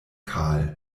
kahl